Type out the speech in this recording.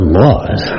laws